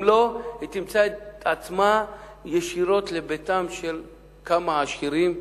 אם לא, היא תמצא עצמה ישירות בביתם של כמה עשירים,